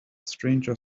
stranger